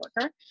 worker